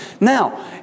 Now